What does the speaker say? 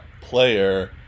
player